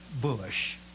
Bush